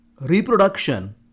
Reproduction